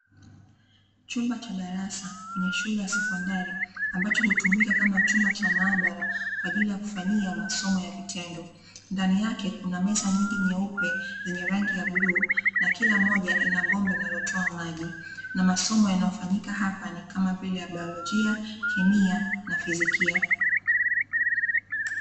Chumba cha darasa kwenye shule ya sekondari ambacho hutumika kama chumba cha maabara, kwa ajili ya kufanyia masomo ya vitendo, ndani yake kuna meza nyingi nyeupe, zenye rangi ya bluu, na kila moja ina bomba linalotoa maji, na masomo yanayofanyika hapa ni kama vile: bayolojia, kemia, na fizikia.